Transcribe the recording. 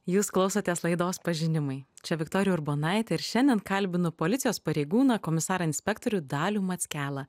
jūs klausotės laidos pažinimai čia viktorija urbonaitė ir šiandien kalbinu policijos pareigūną komisarą inspektorių dalių mackelą